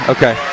Okay